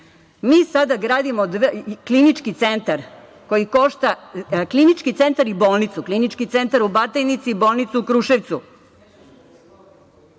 koji košta, Klinički centar i bolnicu, Klinički centar u Batajnici i bolnicu u Kruševcu,